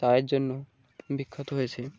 চায়ের জন্য বিখ্যাত হয়েছে